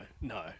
no